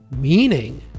meaning